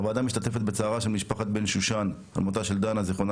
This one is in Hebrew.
הוועדה משתתפת בצערה של משפחת בן-שושן על מותה של דנה - זיכרונה